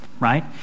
right